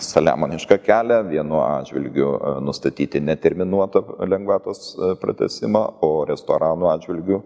saliamonišką kelią vienu atžvilgiu nustatyti neterminuotą lengvatos pratęsimą o restoranų atžvilgiu